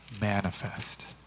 manifest